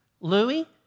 Louis